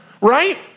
right